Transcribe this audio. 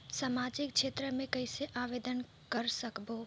समाजिक क्षेत्र मे कइसे आवेदन कर सकबो?